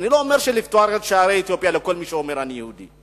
אני לא אומר לפתוח את שערי אתיופיה לכל מי שאומר: אני יהודי.